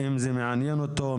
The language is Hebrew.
אם זה מעניין אותו,